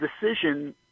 decision